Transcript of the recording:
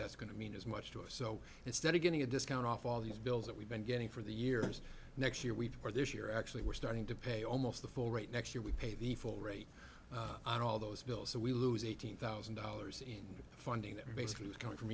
that's going to mean as much to us so instead of getting a discount off all these bills that we've been getting for the years next year we are this year actually we're starting to pay almost the full rate next year we pay the full rate on all those bills so we lose eighteen thousand dollars in funding that basically is coming from